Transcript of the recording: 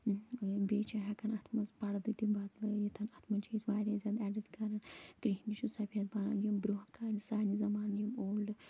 بیٚیہِ چھِ ہٮ۪کان اَتھ منٛز پَردٕ تہِ بدلٲیِتھ اَتھ منٛز چھِ أسۍ واریاہ زیادٕ ایٚڈِٹ کَران کرٛٮ۪ہنِس چھِ سفید بنان یِم برٛونٛہہ کالہِ سانہِ زمانہٕ یِم اوٚلڈ